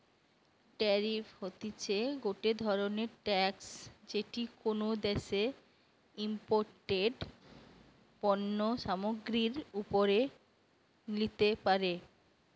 tariff হতিছে গটে ধরণের ট্যাক্স যেটি কোনো দ্যাশে ইমপোর্টেড পণ্য সামগ্রীর ওপরে লিতে পারে